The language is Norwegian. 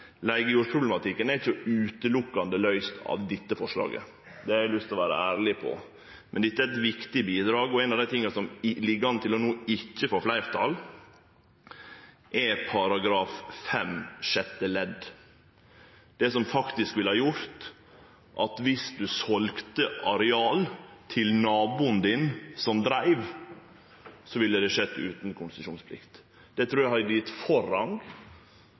Leigejordproblematikken er ikkje løyst berre med dette forslaget – det har eg lyst til å vere ærleg om – men det er eit viktig bidrag. Noko av det som no ligg an til ikkje å få fleirtal, er § 5 første ledd nr. 6, som ville gjort at viss ein selde areal til naboen sin som dreiv, ville det skjedd utan konsesjonsplikt. Det trur eg hadde gjeve forrang